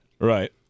right